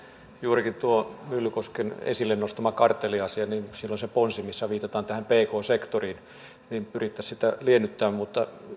juurikin tuosta myllykosken esille nostamasta kartelliasiasta on se ponsi missä viitataan tähän pk sektoriin että pyrittäisiin sitä liennyttämään mutta